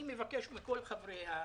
אני מבקש מכל חברי הכנסת,